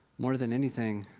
more than anything,